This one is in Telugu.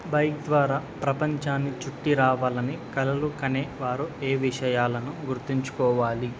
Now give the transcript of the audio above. బైక్ ద్వారా ప్రపంచాన్ని చుట్టి రావాలని కలలు కనే వారు ఏ విషయాలను గుర్తుంచుకోవాలి